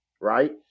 Right